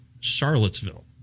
Charlottesville